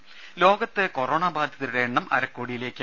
രുഭ ലോകത്ത് കൊറോണ ബാധിതരുടെ എണ്ണം അരക്കോടിയിലേക്ക്